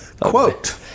Quote